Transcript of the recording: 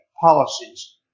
policies